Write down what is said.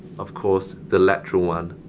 of course, the lateral one,